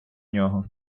нього